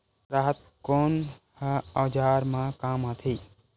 राहत कोन ह औजार मा काम आथे?